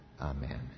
Amen